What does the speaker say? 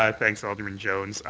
ah thanks, alderman jones.